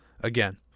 again